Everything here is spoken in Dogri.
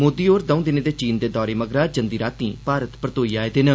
मोदी होर दौं दिनें दे चीन दे दौरे मगरा जंदी रातीं भारत परतोई आए दे न